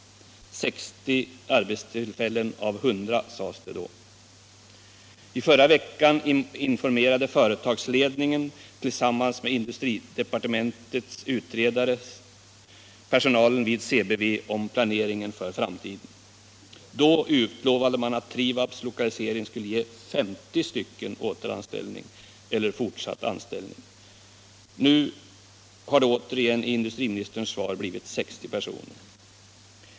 60 arbetstillfällen av 100 sades det då. I förra veckan informerade företagsledningen tillsammans med industridepartementets utredare personalen vid CBV om planeringen för framtiden. Då utlovade man att Trivabs lokalisering skulle ge 50 återanställningar eller fortsatta anställningar. Nu har det återigen i industriministerns svar blivit 60 personer.